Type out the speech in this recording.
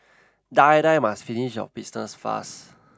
die die must finish your business fast